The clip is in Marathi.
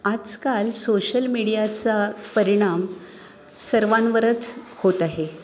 आजकाल सोशल मीडियाचा परिणाम सर्वांवरच होत आहे